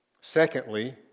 Secondly